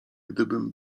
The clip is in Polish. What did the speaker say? gdybym